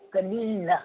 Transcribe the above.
कॾहिं ईंदा